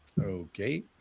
Okay